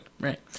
right